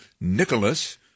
Nicholas